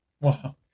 Wow